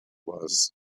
was